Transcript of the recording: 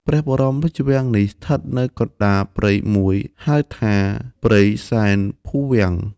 ព្រះបរមរាជវាំងនេះ ស្ថិតនៅកណ្តាលព្រៃមួយ ហៅថា ព្រៃសែនភូវាំង។